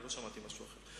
לא שמעתי משהו אחר.